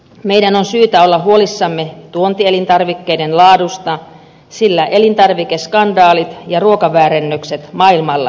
meidän on syytä olla huolissamme tuontielintarvikkeiden laadusta sillä elintarvikeskandaalit ja ruokaväärennökset maailmalla lisääntyvät